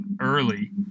early